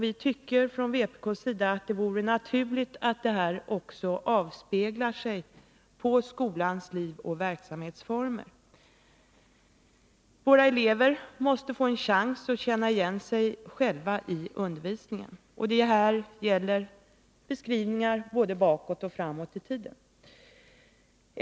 Vi tycker från vpk:s sida att det vore naturligt att detta också avspeglas i skolans liv och verksamhetsformer. Våra elever måste få en chans att känna igen sig i undervisningen. Det gäller beskrivningar både bakåt och framåt i tiden.